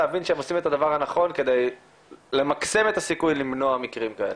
להבין שהם עושים את הדבר הנכון כדי למקסם את הסיכוי למנוע מקרים כאלה.